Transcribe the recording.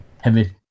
heavy